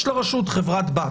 יש לרשות חברת בת